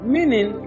Meaning